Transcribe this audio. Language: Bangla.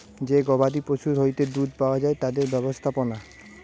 যে গবাদি পশুর হইতে দুধ পাওয়া যায় তাদের ব্যবস্থাপনা